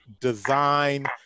Design